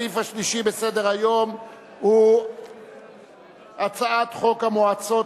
הסעיף השלישי בסדר-היום הוא הצעת חוק המועצות